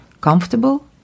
comfortable